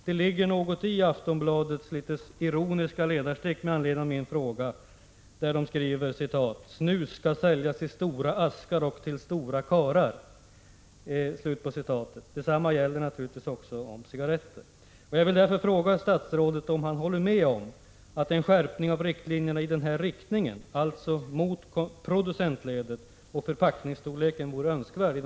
Det ligger något i Aftonbladets litet ironiska ledarstick med anledning av min fråga, när man skriver: Snus skall säljas i stora askar och till stora karlar. Detsamma gäller naturligtvis också om cigaretter. Jag vill därför fråga statsrådet om han håller med om att en skärpning av riktlinjerna i denna riktning, alltså mot producentledet, vore önskvärd.